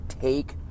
take